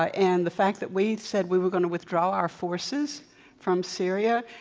ah and the fact that we said we were going to withdraw our forces from syria,